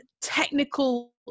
technical